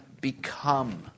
become